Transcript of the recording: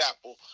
Apple